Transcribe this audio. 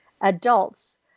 adults